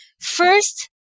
First